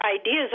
ideas